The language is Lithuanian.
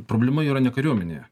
problema yra ne kariuomenėje